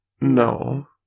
No